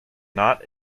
not